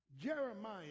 Jeremiah